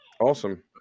Awesome